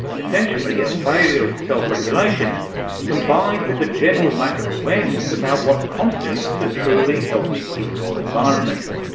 essentially a failure of self-regulation combined with a general lack of awareness about what constitutes a truly healthy indoor environment.